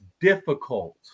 difficult